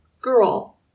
girl